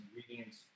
ingredients